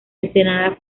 ensenada